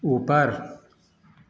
उपर